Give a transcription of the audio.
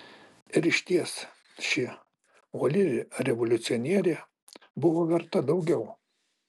ir išties ši uoli revoliucionierė buvo verta daugiau